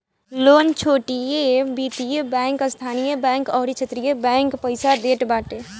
loan छोट वित्तीय bank, स्थानीय बैंक अउरी क्षेत्रीय बैंक पईसा देत बाटे